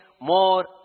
more